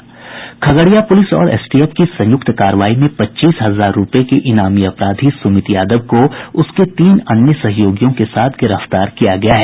Khagaria police और STF की संयुक्त कार्रवाई में पच्चीस हजार रूपये के इनामी अपराधी सुमित यादव को उसके तीन अन्य सहयोगियों के साथ गिरफ्तार किया गया है